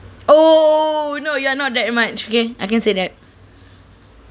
oh no you are not that much okay I can say that